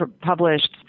published